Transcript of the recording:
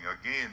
again